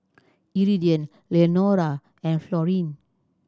Iridian Leonora and Florine